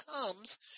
comes